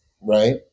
right